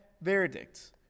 verdict